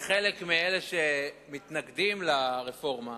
לחלק מאלה שמתנגדים לרפורמה